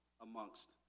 amongst